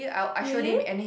really